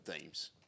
themes